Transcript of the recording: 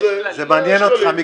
יש כללים --- זה מעניין אותך,